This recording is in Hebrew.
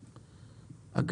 לחלוטין.